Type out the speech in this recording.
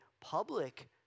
public